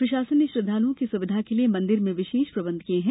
प्रशासन ने श्रद्वालुओं की सुविधा के लिए मंदिर में विशेष प्रबंध किए हैं